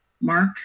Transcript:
Mark